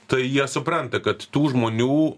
tai jie supranta kad tų žmonių